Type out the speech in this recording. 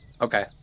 Okay